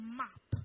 map